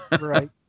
right